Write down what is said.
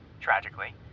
tragically